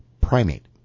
primate